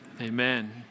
Amen